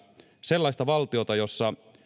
sellaista valtiota jossa